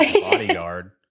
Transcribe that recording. bodyguard